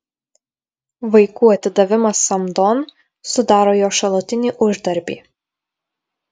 vaikų atidavimas samdon sudaro jo šalutinį uždarbį